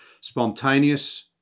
Spontaneous